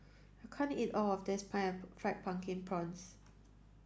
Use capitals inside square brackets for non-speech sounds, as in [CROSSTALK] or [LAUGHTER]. I can't eat all of this [UNINTELLIGIBLE] fried pumpkin prawns